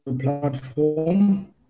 platform